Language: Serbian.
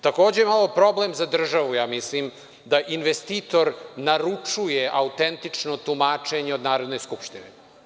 Takođe, imamo problem za državu, ja mislim, da investitor naručuje autentično tumačenje od Narodne skupštine.